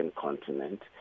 continent